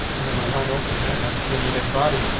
i don't know why opened had actually needed body.